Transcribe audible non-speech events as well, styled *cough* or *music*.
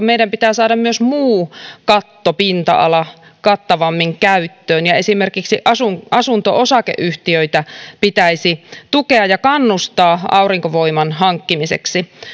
*unintelligible* meidän pitää saada myös muu kattopinta ala kattavammin käyttöön ja esimerkiksi asunto asunto osakeyhtiöitä pitäisi tukea ja kannustaa aurinkovoiman hankkimiseksi